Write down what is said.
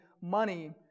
money